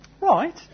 Right